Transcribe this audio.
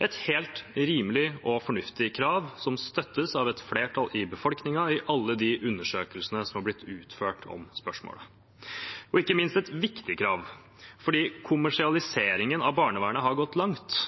et helt rimelig og fornuftig krav, som støttes av et flertall i befolkningen i alle de undersøkelsene som har blitt utført om spørsmålet. Ikke minst er det er viktig krav fordi kommersialiseringen av barnevernet har gått langt.